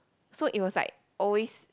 so it was like always